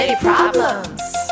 problems